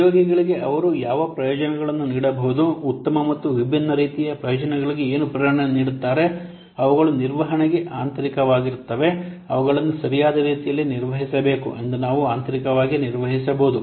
ಆದ್ದರಿಂದ ಉದ್ಯೋಗಿಗಳಿಗೆ ಅವರು ಯಾವ ಪ್ರಯೋಜನಗಳನ್ನು ನೀಡಬಹುದು ಉತ್ತಮ ಮತ್ತು ವಿಭಿನ್ನ ರೀತಿಯ ಪ್ರಯೋಜನಗಳಿಗೆ ಏನು ಪ್ರೇರಣೆ ನೀಡುತ್ತಾರೆ ಅವುಗಳು ನಿರ್ವಹಣೆಗೆ ಆಂತರಿಕವಾಗಿರುತ್ತವೆ ಅವುಗಳನ್ನು ಸರಿಯಾದ ರೀತಿಯಲ್ಲಿ ನಿರ್ವಹಿಸಬೇಕು ಎಂದು ನಾವು ಆಂತರಿಕವಾಗಿ ನಿರ್ವಹಿಸಬಹುದು